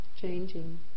changing